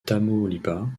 tamaulipas